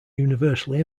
universally